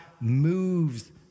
moves